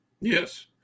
Yes